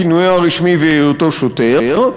כינויו הרשמי והיותו שוטר,